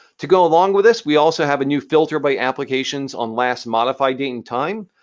to go along with this, we also have a new filter by applications on last modified i mean time.